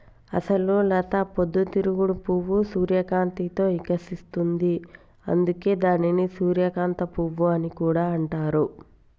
అసలు లత పొద్దు తిరుగుడు పువ్వు సూర్యకాంతిలో ఇకసిస్తుంది, అందుకే దానిని సూర్యకాంత పువ్వు అని కూడా అంటారు